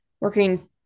working